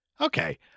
Okay